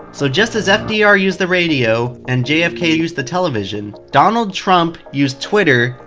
so just as fdr used the radio, and jfk ah used the television, donald trump used twitter,